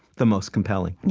the most compelling